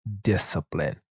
discipline